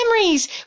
memories